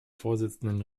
vorsitzenden